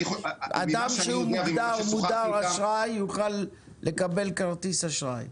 אדם שמוגדר מודר אשראי יוכל לקבל כרטיס אשראי?